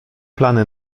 plany